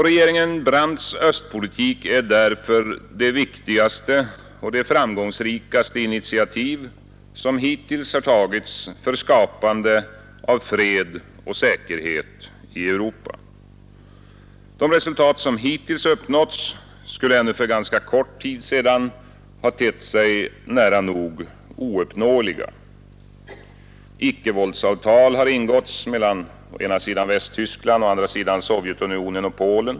Regeringen Brandts östpolitik är därför det viktigaste och framgångsrikaste initiativ som hittills tagits för skapande av fred och säkerhet i Europa. De resultat som hittills uppnåtts skulle ännu för ganska kort tid sedan ha tett sig nära nog ouppnåeliga. Ickevåldsavtal har ingåtts mellan å ena sidan Västtyskland och å andra sidan Sovjetunionen och Polen.